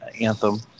Anthem